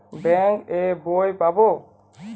Bank এর বই পাবো?